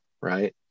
right